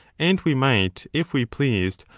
and we might, if we pleased,